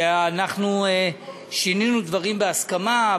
ואנחנו שינינו דברים בהסכמה.